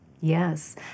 yes